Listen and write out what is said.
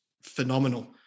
Phenomenal